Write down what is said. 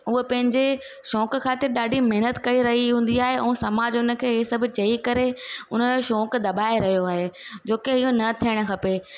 हूअ पंहिंजे शौंक़ु ख़ातिर ॾाढी महिनत करे रही हूंदी आहे ऐं समाज उनखे इहे सभु चई करे उनजो शौंक़ु दॿाए रहियो आहे जोकी इहो न थियणु खपे